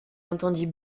entendit